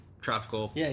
tropical